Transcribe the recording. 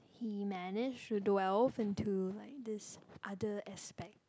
he managed to do well into like this other aspect